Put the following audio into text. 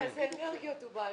אני אעקוב אחריכם.